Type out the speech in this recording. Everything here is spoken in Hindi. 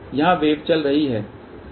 यहां वेव चल रही है